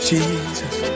Jesus